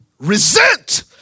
resent